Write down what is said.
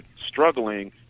struggling